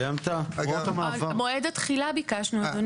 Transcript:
אדוני, ביקשנו לגבי מועד התחילה.